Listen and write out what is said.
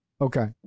Okay